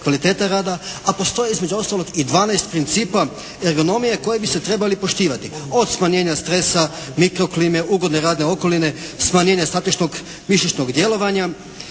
kvaliteta rada, a postoji između ostalog i 12 principa ergonomije koji bi se trebali poštivati od smanjenja stresa, mikro klime, ugodne radne okoline, smanjenja statičnog mišičnog djelovanja